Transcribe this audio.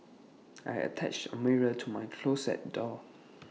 I attached A mirror to my closet door